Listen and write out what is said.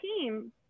team